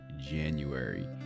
January